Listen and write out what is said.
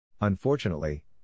Unfortunately